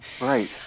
right